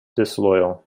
disloyal